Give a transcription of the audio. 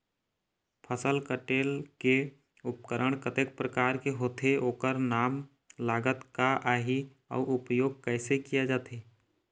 फसल कटेल के उपकरण कतेक प्रकार के होथे ओकर नाम लागत का आही अउ उपयोग कैसे किया जाथे?